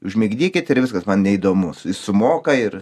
užmigdykit ir viskas man neįdomu su sumoka ir